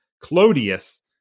Clodius